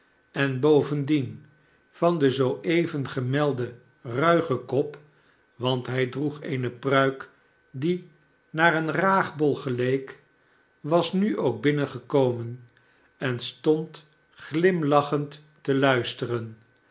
en bovendien van den zoo even gemelden ruigen kop want hij droeg eene pruik die naar een raagbol geleek was nu ook binnengekomen en stond glimlachend te luisteren